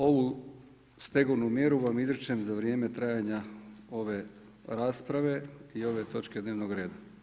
Ovu stegovnu mjeru vam izričem za vrijeme trajanja ove rasprave i ove točke dnevnog reda.